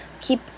keep